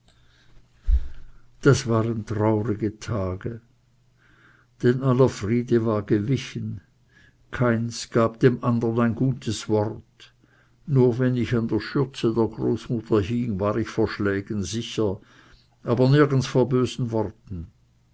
das waren traurige tage denn aller friede war gewichen keins gab dem andern ein gutes wort nur wenn ich an der schürze der großmutter hing war ich vor schlägen sicher aber nirgends vor bösen worten